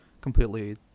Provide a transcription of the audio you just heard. completely